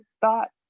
thoughts